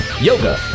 yoga